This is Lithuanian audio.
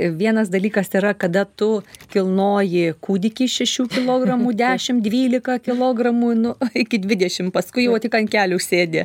vienas dalykas yra kada tu kilnoji kūdikį šešių kilogramų dešim dvylika kilogramų nu iki dvidešim paskui jau tik ant kelių sėdi